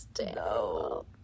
No